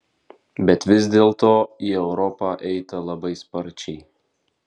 bet vis dėlto į europą eita labai sparčiai